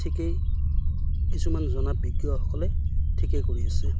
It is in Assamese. ঠিকেই কিছুমান জনা বিজ্ঞসকলে ঠিকেই কৰি আছে